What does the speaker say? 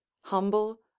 humble